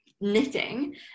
knitting